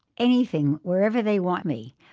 anything. wherever they want me.